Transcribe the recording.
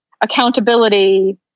accountability